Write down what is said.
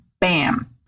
bam